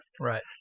right